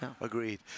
Agreed